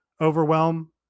overwhelm